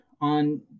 on